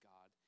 God